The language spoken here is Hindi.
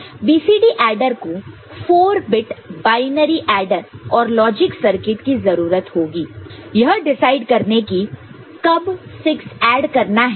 BCD एडर को 4 बिट बायनरी एडर और लॉजिक सर्किट की जरूरत होगी यह डिसाइड करने कि कब 6 ऐड करना है